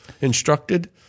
instructed